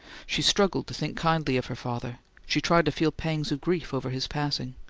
she struggled to think kindly of her father she tried to feel pangs of grief over his passing.